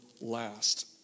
last